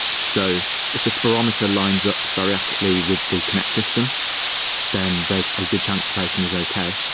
so if the spirometer lines up very accurately with the kinect system then there's a good chance the patient is okay.